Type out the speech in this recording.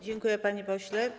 Dziękuję, panie pośle.